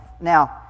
now